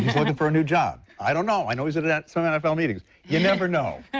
looking for a new job. i don't know. i know he's at and sort of nfl meetings, you never know.